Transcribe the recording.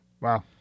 Wow